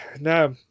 Now